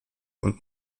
und